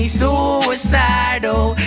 suicidal